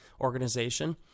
organization